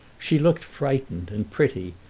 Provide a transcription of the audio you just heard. she looked frightened and pretty,